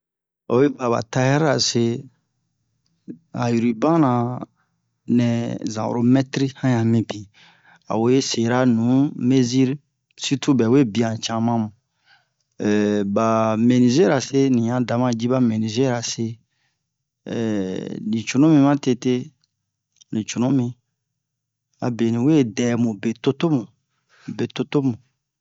Oyi va ba tayɛrira se han rubana nɛ zan oro mɛtri han yan mibin a we sera nu meziri sirtu bɛ we bin han cama mu ba menizera se ni yan dama ji ba menizera se ni cunu mi ma tete ni cunu mi abe ni we dɛmu be totomu mu be totomu